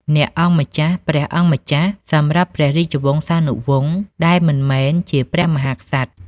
អ្នកអង្គម្ចាស់ ព្រះអង្គម្ចាស់ សម្រាប់ព្រះរាជវង្សានុវង្សដែលមិនមែនជាព្រះមហាក្សត្រ។